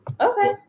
Okay